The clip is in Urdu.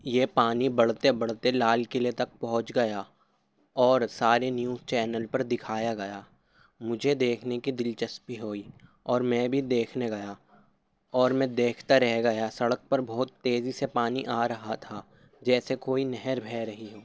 یہ پانی بڑھتے بڑھتے لال قلعے تک پہنچ گیا اور سارے نیوز چینل پر دکھایا گیا مجھے دیکھنے کی دلچسپی ہوئی اور میں بھی دیکھنے گیا اور میں دیکھتا رہ گیا سڑک پر بہت تیزی سے پانی آ رہا تھا جیسے کوئی نہر بہہ رہی ہو